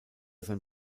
sein